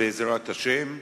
בעזרת השם.